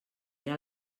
era